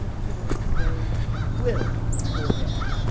for they will pour in.